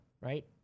right